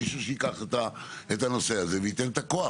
מישהו שייקח את הנושא הזה וייתן את הכוח